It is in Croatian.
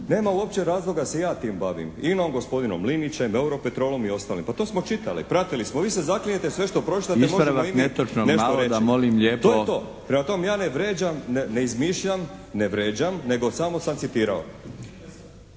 Nema uopće razloga da se ja tim bavim INA-om, gospodinom Linićem, Euro petrolom i ostalim. Pa to smo čitali, pratili smo. Vi se zaklinjete sve što pročitate možemo i mi nešto reći. To je to. Prema tome, ja ne vrijeđam, ne izmišljam, ne vrijeđam, nego samo sam citirao.